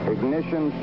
Ignition